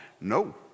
No